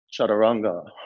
chaturanga